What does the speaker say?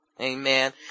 Amen